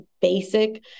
basic